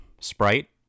sprite